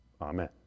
Amen